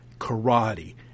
karate